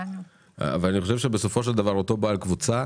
אני חושב שבסופו של דבר אותו בעל קבוצה,